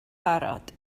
barod